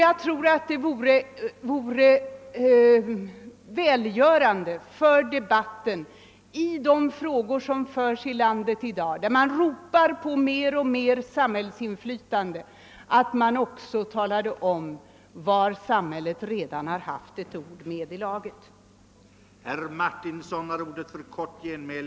Jag anser att det vore välgörande för debatten i landet i vilken man ropar på mer och mer samhällsinflytande, att också tala om vad staten redan har tagit hand om och hur förhållandena är då.